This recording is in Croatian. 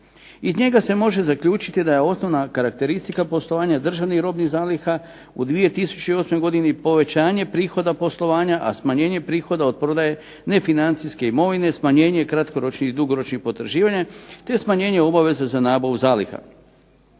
Iz njega se može zaključiti da je osnovna karakteristika poslovanja državnih robnih zaliha u 2008. godini povećanje prihoda poslovanja, a smanjenje prihoda od prodaje nefinancijske imovine, smanjenje kratkoročnih i dugoročnih potraživanja, te smanjenje obaveze za nabavu zaliha.